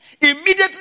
Immediately